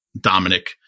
Dominic